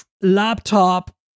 laptop